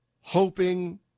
hoping